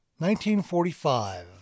1945